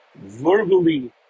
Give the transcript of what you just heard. verbally